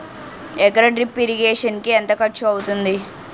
ఎకర drip irrigation కి ఎంత ఖర్చు అవుతుంది?